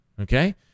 Okay